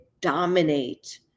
dominate